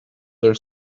their